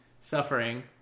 suffering